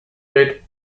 rate